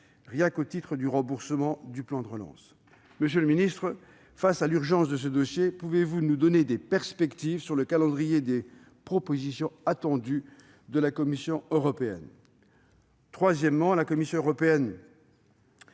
rien qu'au titre du remboursement du plan de relance. Monsieur le secrétaire d'État, face à l'urgence de ce dossier, pouvez-vous nous donner des perspectives quant au calendrier des propositions qui doivent être émises par la Commission européenne ? Troisièmement, la Commission européenne